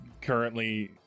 currently